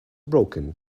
broken